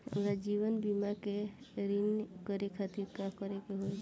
हमार जीवन बीमा के रिन्यू करे खातिर का करे के होई?